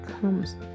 comes